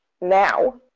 now